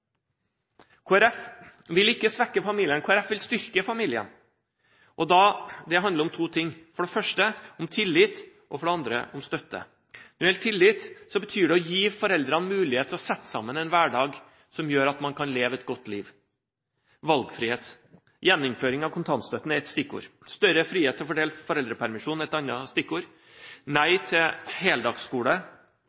Folkeparti vil ikke svekke familien, Kristelig Folkeparti vil styrke familien. Det handler om to ting: for det første om tillit og for det andre om støtte. Når det gjelder tillit, betyr det å gi foreldrene mulighet til å skape en hverdag som gjør at man kan leve et godt liv – valgfrihet. Gjeninnføring av kontantstøtten er et stikkord. Større frihet til å fordele foreldrestøtten er et annet stikkord. Nei